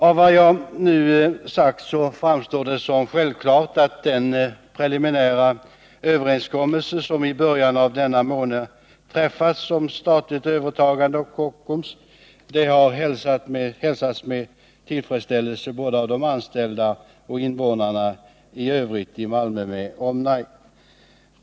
Av vad jag nu har sagt framstår det som självklart att den preliminära överenskommelse som i början av denna månad träffats om statligt övertagande av Kockums har hälsats med tillfredsställelse av både de anställda och invånarna i övrigt i Malmö med omnejd.